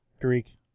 Greek